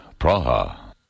Praha